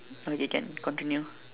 okay can continue